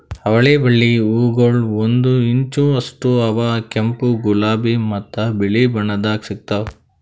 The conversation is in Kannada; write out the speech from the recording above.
ಅವಳಿ ಬಳ್ಳಿ ಹೂಗೊಳ್ ಒಂದು ಇಂಚ್ ಅಷ್ಟು ಅವಾ ಕೆಂಪು, ಗುಲಾಬಿ ಮತ್ತ ಬಿಳಿ ಬಣ್ಣದಾಗ್ ಸಿಗ್ತಾವ್